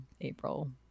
April